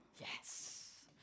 Yes